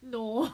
no